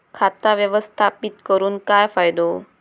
खाता व्यवस्थापित करून काय फायदो?